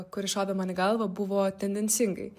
kuri šovė man į galvą buvo tendencingai